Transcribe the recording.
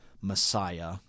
Messiah